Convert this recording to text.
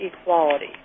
equality